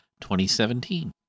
2017